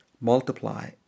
multiply